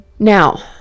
Now